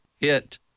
hit